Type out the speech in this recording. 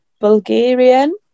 Bulgarian